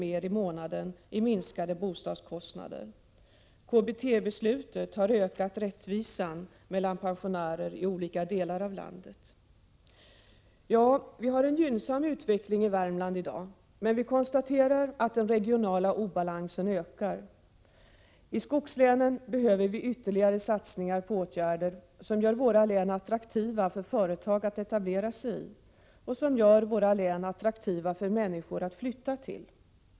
mer i månaden geKBT-beslutet har ökat rättvisan mellan pensionärer i olika delar av landet. Ja, vi har haft en gynnsam utveckling i Värmland, men vi konstaterar att den regionala obalansen ökar. I skogslänen behövs ytterligare satsningar på åtgärder som gör våra län attraktiva för företag att etablera sig i och attraktiva för människor att flytta till.